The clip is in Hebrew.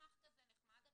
מסמך כזה נחמד,